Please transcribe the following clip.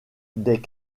des